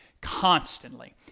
constantly